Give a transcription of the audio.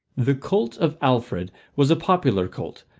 the cult of alfred was a popular cult,